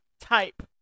type